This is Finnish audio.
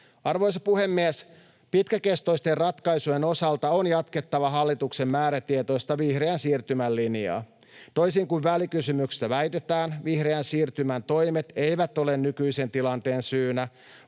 Arvoisa puhemies! Pitkäkestoisten ratkaisujen osalta on jatkettava hallituksen määrätietoista vihreän siirtymän linjaa. Toisin kuin välikysymyksessä väitetään, vihreän siirtymän toimet eivät ole nykyisen tilanteen syynä,